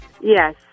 Yes